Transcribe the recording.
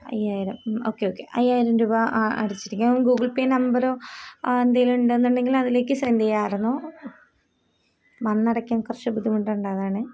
അയ്യായിരം okay okay അയ്യായിരം രൂപ അടച്ചിരിക്കാം ഗൂഗിൾ പേ നമ്പറോ എന്തെങ്കിലും ഉണ്ടെങ്കിൽ അതിലേക്ക് സെൻ്റ് ചെയ്യാമായിരുന്നു വന്ന് അടയ്ക്കാൻ കുറച്ച് ബുദ്ധിമുട്ടുണ്ട് അതാണ്